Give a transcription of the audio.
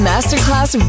Masterclass